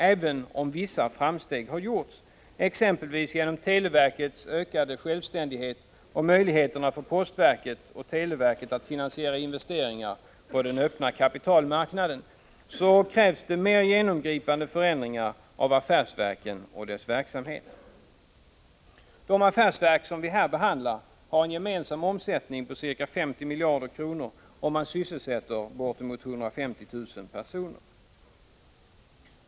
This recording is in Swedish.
Även om vissa framsteg har gjorts — som exempel kan nämnas televerkets ökade självständighet och möjligheterna för postverket och televerket att finansiera investeringar på den öppna kapitalmarknaden — krävs det mer genomgripande förändringar av affärsverken och deras verksamhet. De affärsverk som vi här behandlar har en gemensam omsättning på ca 50 miljarder kronor, och man sysselsätter närmare 150 000 personer.